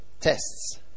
tests